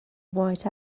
white